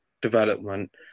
development